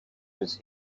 was